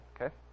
Okay